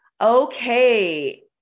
Okay